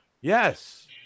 Yes